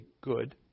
good